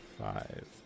five